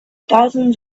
thousands